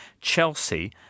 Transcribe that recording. Chelsea